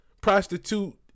prostitute